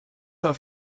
auf